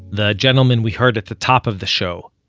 the gentleman we heard at the top of the show,